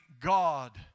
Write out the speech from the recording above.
God